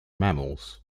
mammals